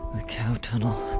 a cow tunnel.